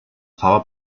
fava